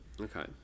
Okay